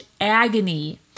agony